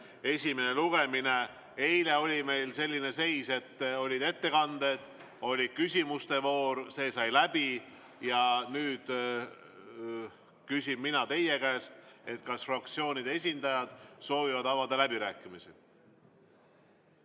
esimene lugemine. Eile oli meil selline seis, et olid ettekanded, oli küsimuste voor, see sai läbi. Nüüd küsin mina teie käest, kas fraktsioonide esindajad soovivad avada läbirääkimisi.